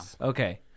Okay